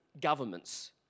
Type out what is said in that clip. Governments